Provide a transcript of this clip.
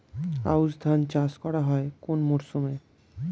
আউশ ধান চাষ করা হয় কোন মরশুমে?